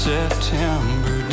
September